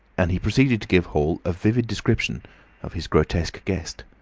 and he proceeded to give hall a vivid description of his grotesque guest.